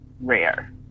rare